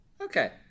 Okay